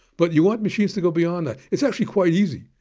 but you want machines to go beyond that. it's actually quite easy.